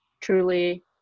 truly